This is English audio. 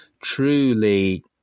truly